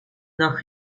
nog